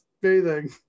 bathing